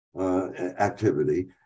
activity